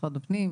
משרד הפנים?